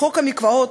שחוק המקוואות,